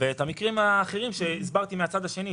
ויש את המקרים האחרים שהסברתי מן הצד השני,